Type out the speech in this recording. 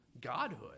godhood